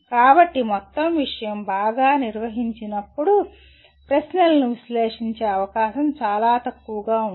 కాబట్టి మొత్తం విషయం బాగా నిర్వహించబడినప్పుడు ప్రశ్నలను విశ్లేషించే అవకాశం చాలా తక్కువగా ఉంటుంది